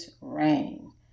Rain